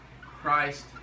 Christ